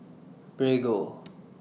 Prego